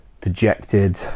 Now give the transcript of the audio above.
dejected